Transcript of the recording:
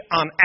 on